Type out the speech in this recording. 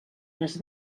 les